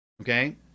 Okay